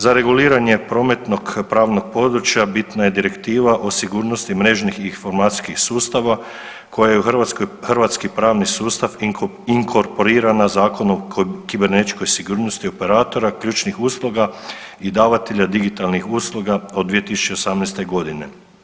Za reguliranje prometnog pravnog područja bitna je Direktiva o sigurnosti mrežnih informacijskih sustava koja je u Hrvatskoj, hrvatski pravni sustav inkorporirana Zakonom o kibernetičkoj sigurnosti operatora ključnih usluga i davatelja digitalnih usluga od 2018. godine.